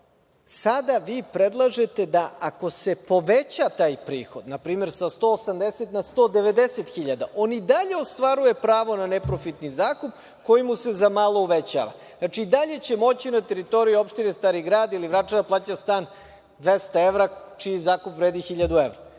sada vi predlažete da, ako se poveća taj prihod, npr. sa 180 na 190.000, on i dalje ostvaruje pravo na neprofitni zakup koji mu se za malo uvećava. Znači, i dalje će moći na teritoriji opštine Stari grad ili Vračar da plaća stan 200 evra, čiji zakup vredi 1.000 evra.